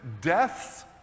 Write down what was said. deaths